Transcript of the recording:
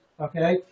Okay